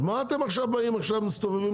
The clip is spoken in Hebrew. אז מה אתם עכשיו באים עכשיו מסתובבים